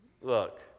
Look